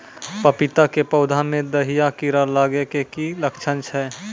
पपीता के पौधा मे दहिया कीड़ा लागे के की लक्छण छै?